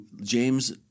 James